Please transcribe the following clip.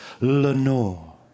Lenore